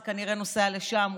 זה כנראה נוסע לשם,